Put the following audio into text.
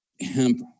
hemp